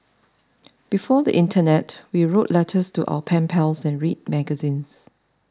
before the internet we wrote letters to our pen pals and read magazines